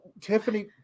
Tiffany